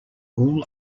all